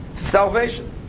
Salvation